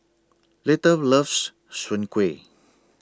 Little loves Soon Kuih